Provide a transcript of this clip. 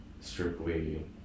strictly